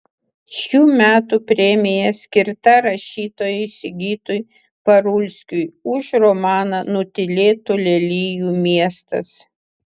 šių metų premija skirta rašytojui sigitui parulskiui už romaną nutylėtų lelijų miestas